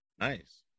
Nice